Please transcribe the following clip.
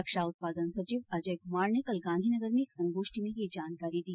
रक्षा उत्पादन सचिव अजय कुमार ने कल गांधीनगर में एक संगोष्ठी में ये जानकारी दी